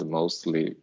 mostly